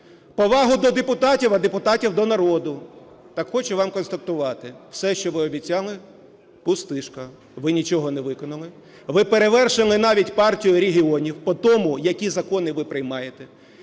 повагу до депутатів, а депутатів – до народу. Так хочу вам констатувати: все, що ви обіцяли – пустышка, ви нічого не виконали. Ви перевершили навіть Партію регіонів по тому, які закони ви приймаєте.